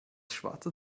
schwarze